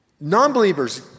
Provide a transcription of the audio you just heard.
non-believers